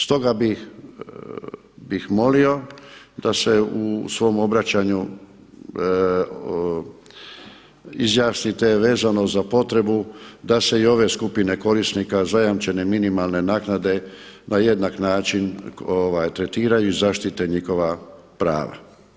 Stoga bih molio da se u svom obraćanju izjasnite vezano za potrebu da se i ove skupine korisnika zajamčene minimalne naknade na jednak način tretira i zaštite njihova prava.